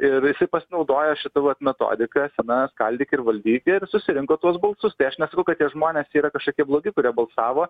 ir pasinaudojo šita vat metodika sena skaldyk ir valdyk ir susirinko tuos balsus tai aš nesakau kad tie žmonės yra kažkokie blogi kurie balsavo